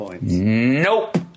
Nope